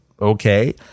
okay